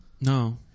No